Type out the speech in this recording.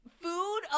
Food